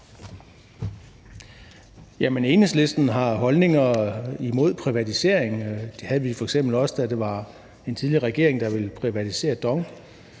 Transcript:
Enhedslisten har holdninger imod privatisering. Det havde vi f.eks., da en tidligere regering ville privatisere DONG,